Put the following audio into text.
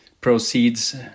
proceeds